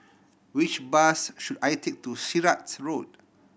which bus should I take to Sirat Road